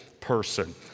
person